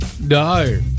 No